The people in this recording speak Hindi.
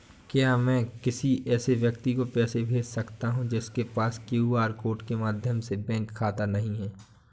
क्या मैं किसी ऐसे व्यक्ति को पैसे भेज सकता हूँ जिसके पास क्यू.आर कोड के माध्यम से बैंक खाता नहीं है?